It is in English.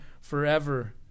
forever